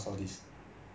cause it